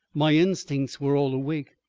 my instincts were all awake.